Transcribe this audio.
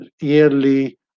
yearly